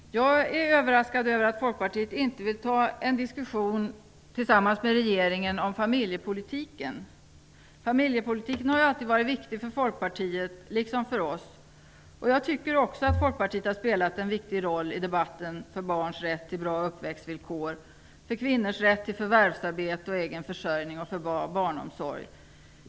Fru talman! Jag är överraskad över att Folkpartiet inte vill ta en diskussion med regeringen om familjepolitiken. Familjepolitiken har alltid varit viktig för Folkpartiet liksom för oss socialdemokrater. Folkpartiet har spelat en viktig roll i debatten för barns rätt till bra uppväxtvillkor, för kvinnors rätt till förvärvsarbete och egen försörjning och för bra barnomsorg.